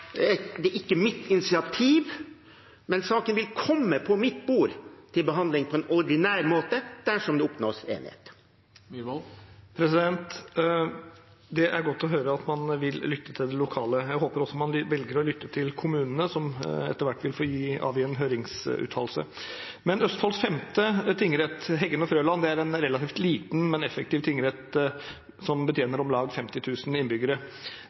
mitt initiativ, men saken vil komme på mitt bord til behandling på ordinær måte dersom det oppnås enighet. Det er godt å høre at man vil lytte til de lokale. Jeg håper også man velger å lytte til kommunene, som etter hvert vil avgi en høringsuttalelse. Men Østfolds femte tingrett, Heggen og Frøland, er en relativt liten, men effektiv tingrett som betjener om lag 50 000 innbyggere.